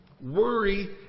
Worry